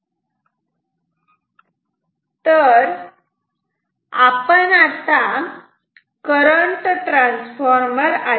तर आता आपण करंट ट्रान्सफॉर्मर घेऊ